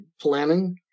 planning